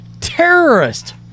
terrorist